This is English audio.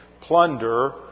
plunder